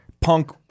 Punk